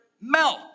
milk